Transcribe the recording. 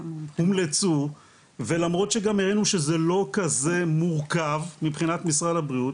שהומלצו ולמרות שגם הראינו שזה לא כזה מורכב מבחינת משרד הבריאות,